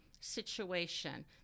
situation